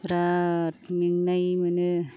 बिराथ मेंनाय मोनो